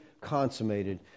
consummated